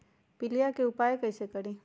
पीलिया के उपाय कई से करी?